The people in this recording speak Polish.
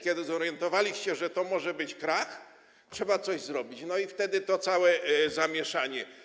Kiedy się zorientowaliście, że to może być krach, to trzeba coś zrobić, no i wtedy to całe zamieszanie.